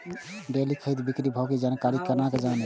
Daily खरीद बिक्री के भाव के जानकारी केना जानी?